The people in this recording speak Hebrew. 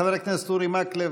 חבר הכנסת אורי מקלב,